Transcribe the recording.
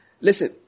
Listen